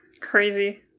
Crazy